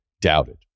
doubted